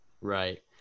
Right